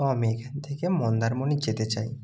তো আমি এখান থেকে মন্দারমণি যেতে চাই